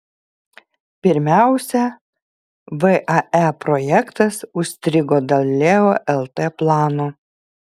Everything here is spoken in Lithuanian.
pirmiausia vae projektas užstrigo dėl leo lt plano